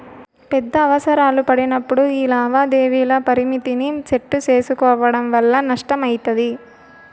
పెద్ద అవసరాలు పడినప్పుడు యీ లావాదేవీల పరిమితిని సెట్టు సేసుకోవడం వల్ల నష్టమయితది